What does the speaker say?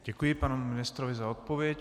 Děkuji panu ministrovi za odpověď.